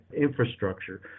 infrastructure